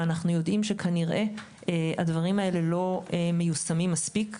ואנחנו יודעים שכנראה שהדברים האלה לא מיושמים מספיק.